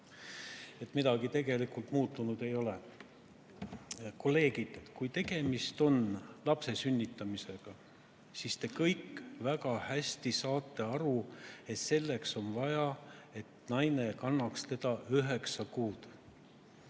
Midagi muutunud ei ole. Kolleegid, kui tegemist on lapse sünnitamisega, siis te kõik väga hästi saate aru, et selleks on vaja, et naine kannaks teda üheksa kuud.